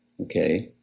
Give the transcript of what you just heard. Okay